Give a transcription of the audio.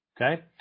okay